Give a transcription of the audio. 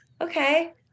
okay